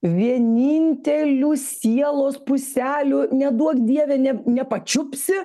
vienintelių sielos puselių neduok dieve ne nepačiupsi